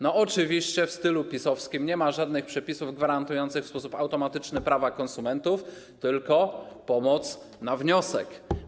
No oczywiście w stylu PiS-owskim nie ma żadnych przepisów gwarantujących w sposób automatyczny prawa konsumentów, tylko pomoc na wniosek.